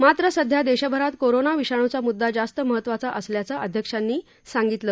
मात्र सध्या देशभरात कोरोना विषाणूचा मुद्दा जास्त महत्वाचा असल्याचं अध्यक्षांनी सांगितलं